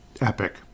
Epic